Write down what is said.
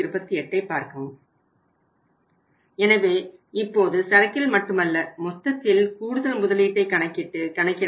எனவே இப்போது சரக்கில் மட்டுமல்ல மொத்தத்தில் கூடுதல் முதலீட்டை கணக்கிட்டு கணக்கிட வேண்டும்